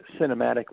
cinematically